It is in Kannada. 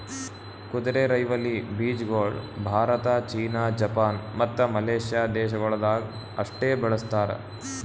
ಕುದುರೆರೈವಲಿ ಬೀಜಗೊಳ್ ಭಾರತ, ಚೀನಾ, ಜಪಾನ್, ಮತ್ತ ಮಲೇಷ್ಯಾ ದೇಶಗೊಳ್ದಾಗ್ ಅಷ್ಟೆ ಬೆಳಸ್ತಾರ್